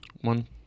One